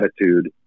attitude